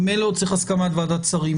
ממילא עוד צריך הסכמת ועדת שרים.